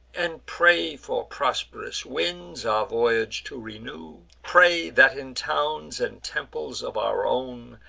and pray for prosp'rous winds, our voyage to renew pray, that in towns and temples of our own,